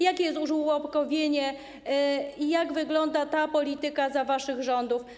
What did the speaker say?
Jakie jest użłobkowienie i jak wygląda ta polityka za waszych rządów?